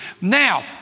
Now